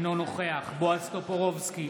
אינו נוכח בועז טופורובסקי,